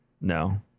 no